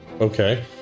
Okay